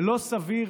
לא סביר